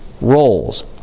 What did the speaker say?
roles